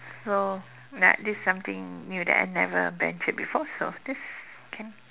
so ya this is something new that I've never ventured before so this can